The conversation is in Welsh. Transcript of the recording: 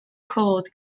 cod